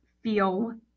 feel